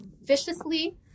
viciously